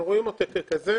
אנחנו רואים אותו ככזה.